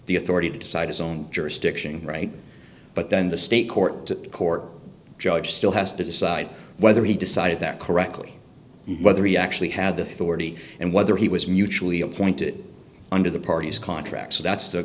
the authority to decide its own jurisdiction right but then the state court the court judge still has to decide whether he decided that correctly whether he actually had the authority and whether he was mutually appointed under the party's contract so that's the